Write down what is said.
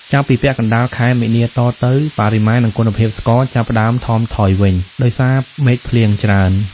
ចាប់ពីពាក់កណ្ដាលខែមីនាតទៅ បរិមាណ និងគុណភាពស្ករ ចាប់ផ្ដើមថមថយវិញ ដោយសារមេឃភ្លៀងច្រើន។